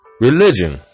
religion